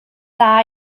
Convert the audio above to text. dda